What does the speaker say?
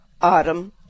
autumn